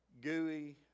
gooey